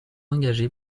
engagé